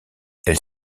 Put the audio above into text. elle